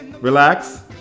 relax